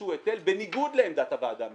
איזשהו היטל בניגוד לעמדת הוועדה המייעצת,